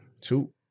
two